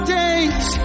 days